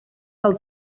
del